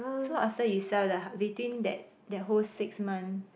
so after you sell the hou~ between that that whole six month